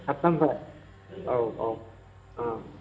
आत्तानिफ्राय औ औ